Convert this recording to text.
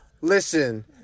listen